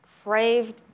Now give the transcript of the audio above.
craved